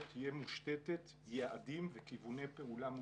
תהיה מושתתת יעדים וכיווני פעולה מוגדרים.